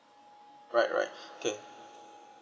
right right okay